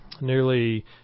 nearly